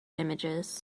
images